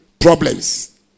problems